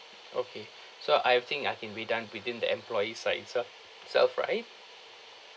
okay so I've think I can be done within the employee site itself itself right